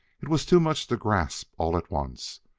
it was too much to grasp all at once.